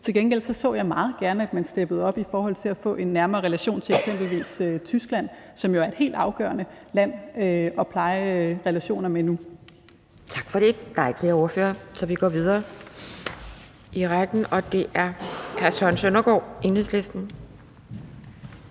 Til gengæld så jeg meget gerne, at man steppede op i forhold til at få en nærmere relation til eksempelvis Tyskland, som jo er et helt afgørende land at pleje relationer med nu. Kl. 11:05 Anden næstformand (Pia Kjærsgaard): Tak for det. Der er ikke flere korte bemærkninger, og så går vi videre i ordførerrækken. Det er nu hr. Søren Søndergaard, Enhedslisten.